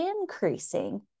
increasing